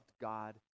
god